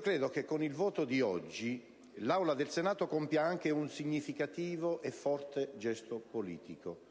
Credo che con il voto di oggi l'Aula del Senato compia anche un significativo e forte gesto politico.